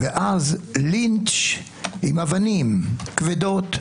עם אבנים כבדות,